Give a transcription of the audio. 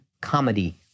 Comedy